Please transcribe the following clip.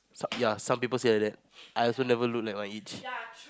ya some people say like that I also never look like my age